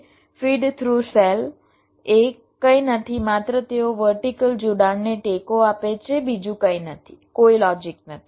feed through cell એ કંઈ નથી માત્ર તેઓ વર્ટિકલ જોડાણને ટેકો આપે છે બીજું કંઈ નથી કોઈ લોજિક નથી